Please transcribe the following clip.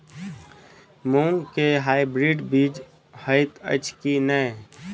मूँग केँ हाइब्रिड बीज हएत अछि की नै?